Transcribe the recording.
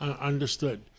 Understood